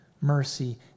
mercy